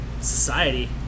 society